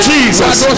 Jesus